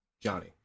Johnny